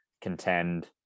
contend